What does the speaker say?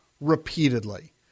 repeatedly